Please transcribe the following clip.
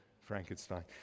Frankenstein